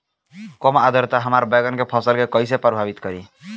कम आद्रता हमार बैगन के फसल के कइसे प्रभावित करी?